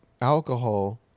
alcohol